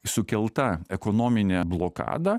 sukelta ekonominė blokada